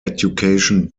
education